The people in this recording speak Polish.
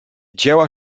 dzieła